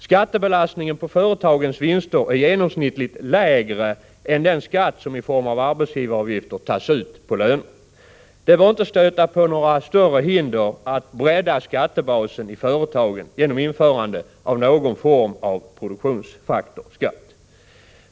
Skattebelastningen på företagens vinster är genomsnittligt lägre än den skatt som i form av arbetsgivaravgifter tas ut på löner. Det bör inte stöta på några större hinder att bredda skattebasen i företagen genom införande av någon form av produktionsfaktorsskatt.